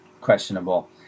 questionable